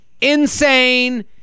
Insane